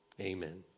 Amen